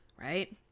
Right